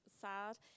sad